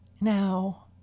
Now